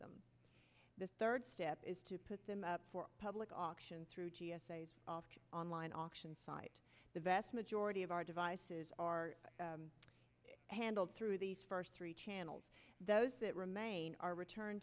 them the third step is to put them up for public auction through online auction site the vast majority of our devices are handled through these first three channels those that remain are return